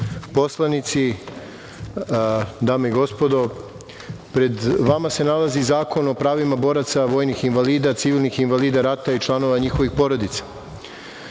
poslanici, dame i gospodo. Pred vama se nalazi zakon o pravima boraca, vojnih invalida, civilnih invalida rata i članova njihovih porodica.